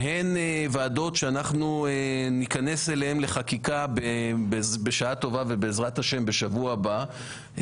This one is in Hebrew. שהן ועדות שאנחנו ניכנס אליהן לחקיקה בשעה טובה ובעזרת השם בשבוע הבא,